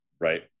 right